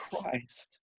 Christ